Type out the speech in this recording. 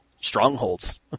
strongholds